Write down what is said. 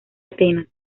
atenas